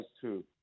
two